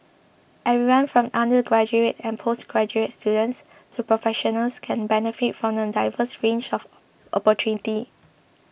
everyone from undergraduate and postgraduate students to professionals can benefit from the diverse range of opportunities